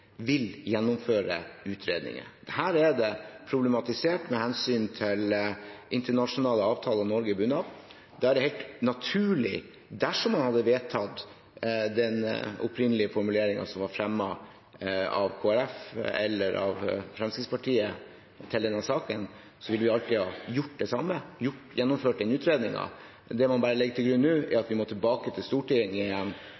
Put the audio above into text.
vil vi gjennomføre utredninger. Dette er problematisert med hensyn til internasjonale avtaler Norge er bundet av. Da er det helt naturlig, dersom man hadde vedtatt den opprinnelige formuleringen som var fremmet av Kristelig Folkeparti eller av Fremskrittspartiet til denne saken, at man hadde gjort det samme og gjennomført en utredning. Det man legger til grunn nå, er